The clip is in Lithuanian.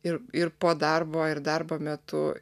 ir ir po darbo ir darbo metu